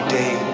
day